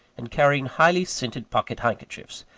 and carrying highly-scented pocket handkerchiefs,